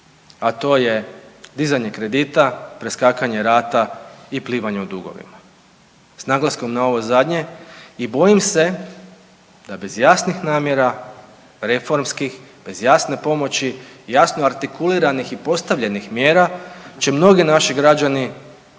a to je dizanje kredita, preskakanje rata i plivanje u dugovima. S naglaskom na ovo zadnje i bojim se da bez jasnih namjera reformskih, bez jasne pomoći, jasno artikuliranih i postavljenih mjera će mnogi naši građani